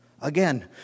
Again